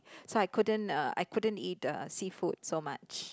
so I couldn't uh I couldn't eat uh seafood so much